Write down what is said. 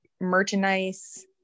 merchandise